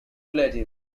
relative